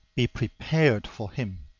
be prepared for him.